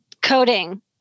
coding